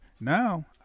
Now